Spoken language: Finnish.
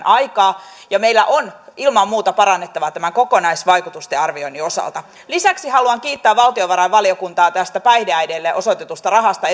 aikaa ja meillä on ilman muuta parannettavaa kokonaisvaikutusten arvioinnin osalta lisäksi haluan edustaja juvosen tavoin kiittää valtiovarainvaliokuntaa tästä päihdeäideille osoitetusta rahasta